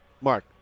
Mark